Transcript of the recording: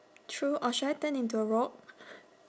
true or should I turn into a rock